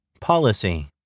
Policy